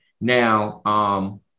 Now